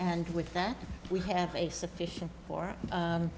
and with that we have a sufficient for